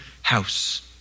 house